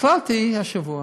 החלטתי השבוע